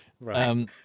Right